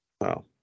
Wow